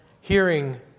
hearing